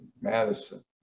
Madison